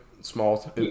small